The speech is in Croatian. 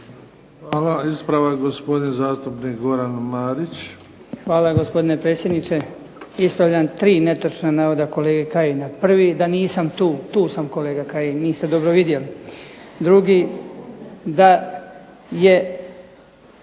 Hvala. Ispravak, gospodin zastupnik Goran Marić. **Marić, Goran (HDZ)** Hvala gospodine predsjedniče. Ispravljam tri netočna navoda kolege Kajina. Prvi, da nisam tu. Tu sam kolega Kajin, niste dobro vidjeli. Drugi,